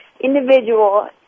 individual